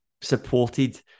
supported